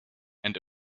and